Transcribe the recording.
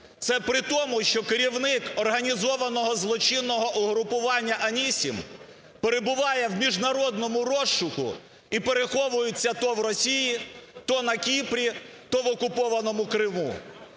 Це при тому, що керівник організованого злочинного угрупування "Анісім" перебуває в міжнародному розшуку і переховується то в Росії, то на Кіпрі, то в окупованому Криму.